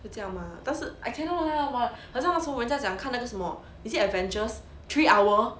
是这样 mah 但是 I cannot lah 很像那时候人家讲看那个什么 is it avengers three hour